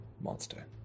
Monster